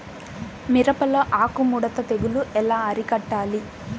మిరపలో ఆకు ముడత తెగులు ఎలా అరికట్టాలి?